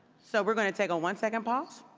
so we're going to take a one-second pause.